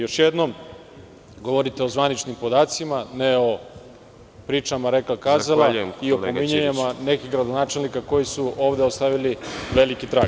Još jednom, govorite o zvaničnim podacima, ne o pričama rekla-kazala i opominjanjima nekih gradonačelnika koji su ovde ostavili veliki trag.